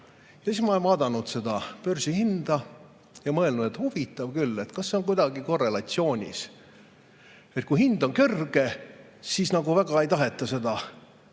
Ja siis ma olen vaadanud seda börsihinda ja mõelnud, et huvitav küll, kas see on kuidagi korrelatsioonis. Kui hind on kõrge, siis nagu väga ei taheta seda